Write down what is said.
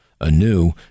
anew